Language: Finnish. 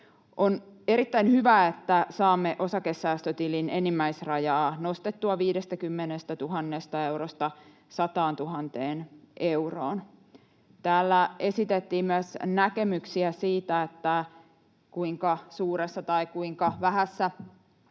On erittäin hyvä, että saamme osakesäästötilin enimmäisrajaa nostettua 50 000 eurosta 100 000 euroon. Täällä esitettiin myös näkemyksiä siitä, kuinka suuressa tai kuinka